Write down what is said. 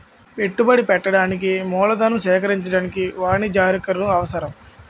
పెట్టుబడి పెట్టడానికి మూలధనం సేకరించడానికి వాణిజ్యకారులు అవసరం